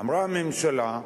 אמרה הממשלה: